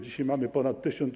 Dzisiaj mamy ponad 1000.